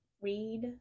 read